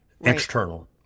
external